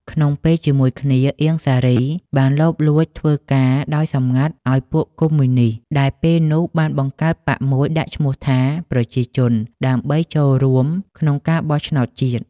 ក្នុងពេលជាមួយគ្នា អៀង សារី បានលបលួចធ្វើការដោយសម្ងាត់ឱ្យពួកកុម្មុយនិស្ត ដែលពេលនោះបានបង្កើតបក្សមួយដាក់ឈ្មោះថា “ប្រជាជន” ដើម្បីចូលរួមក្នុងការបោះឆ្នោតជាតិ។